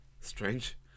strange